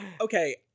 Okay